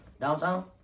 Downtown